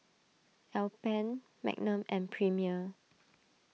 Alpen Magnum and Premier